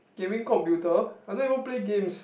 can win computer I don't even play games